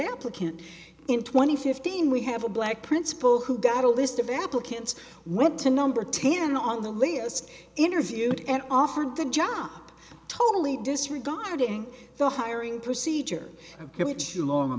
applicant in twenty fifteen we have a black principal who got a list of applicants went to number ten on the list interviewed and offered the job totally disregarding the hiring procedure